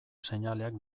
seinaleak